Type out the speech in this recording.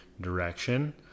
direction